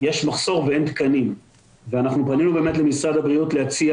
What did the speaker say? יש מחסור ואין תקנים ופנינו באמת למשרד הבריאות להציע